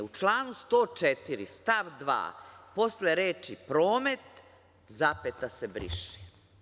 U članu 104. stav 2. posle reči promet, zapeta se briše.